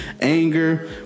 anger